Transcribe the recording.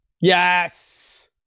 yes